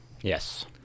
Yes